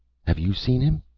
have you seen him?